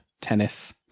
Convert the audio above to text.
tennis